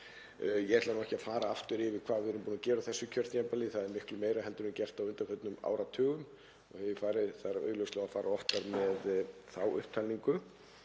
Ég ætla ekki að fara aftur yfir hvað við erum búin að gera á þessu kjörtímabili, það er miklu meira heldur en var gert á undanförnum áratugum, en ég þarf augljóslega að fara oftar með þá upptalningu.